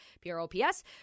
P-R-O-P-S